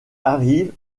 arrive